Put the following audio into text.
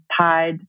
tied